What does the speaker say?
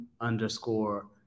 underscore